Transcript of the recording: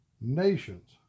nations